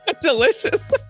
Delicious